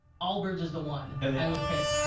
allbirds is the one and i would pick.